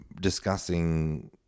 discussing